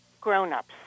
grown-ups